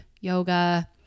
yoga